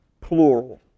plural